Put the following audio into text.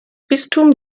bistum